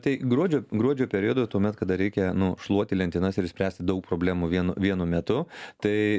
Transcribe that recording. tai gruodžio gruodžio periodu tuomet kada reikia nu šluoti lentynas ir išspręsti daug problemų vienu vienu metu tai